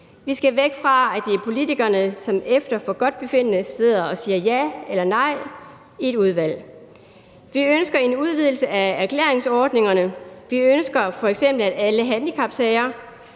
Vi skal væk fra, at det er politikerne, der efter forgodtbefindende sidder og siger ja eller nej i et udvalg. Vi ønsker en udvidelse af erklæringsordningerne. Vi ønsker f.eks., at alle handicapsager